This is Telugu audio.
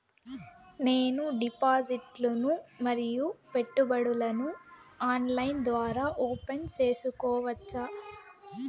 నేను డిపాజిట్లు ను మరియు పెట్టుబడులను ఆన్లైన్ ద్వారా ఓపెన్ సేసుకోవచ్చా?